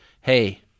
Hey